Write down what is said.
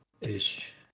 ish